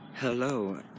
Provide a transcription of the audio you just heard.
Hello